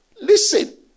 Listen